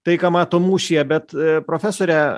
tai ką mato mūšyje bet profesore